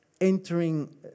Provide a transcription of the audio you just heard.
entering